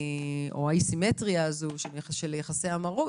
לגבי האי-סימטריה הזו של יחסי המרות.